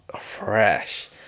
fresh